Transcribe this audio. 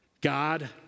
God